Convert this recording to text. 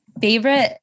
Favorite